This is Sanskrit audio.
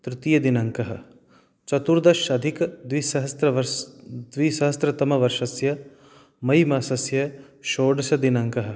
तृतीयदिनाङ्कः चतुर्दश अधिकद्विसहस्त्रवर्षद्विसहस्रतमवर्षस्य मै मासस्य षोडशदिनाङ्कः